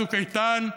צוק איתן,